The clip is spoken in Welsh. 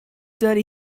dydy